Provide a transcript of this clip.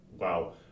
Wow